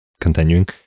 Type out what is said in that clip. continuing